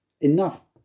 enough